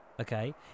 okay